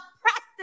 practice